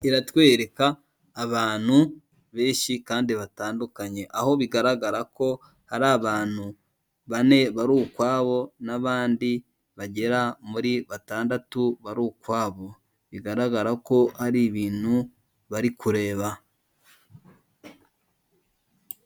Iratwereka abantu benshi kandi batandukanye, aho bigaragara ko hari abantu bane bari ukwabo, n'abandi bagera muri batandatu bari ukwabo, bigaragara ko hari ibintu bari kureba.